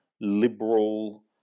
liberal